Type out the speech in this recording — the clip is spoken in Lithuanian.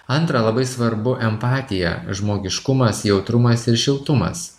antra labai svarbu empatija žmogiškumas jautrumas ir šiltumas